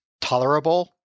tolerable